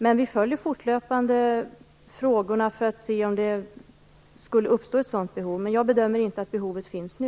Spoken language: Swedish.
Vi följer frågorna fortlöpande för det fall att ett sådant behov skulle uppstå, men jag bedömer inte att behovet finns nu.